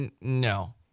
No